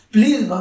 Please